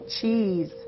Cheese